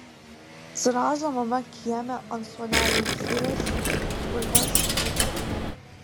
zrazo mama kieme ant suolelio ilsėjosi bulves skuto